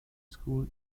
school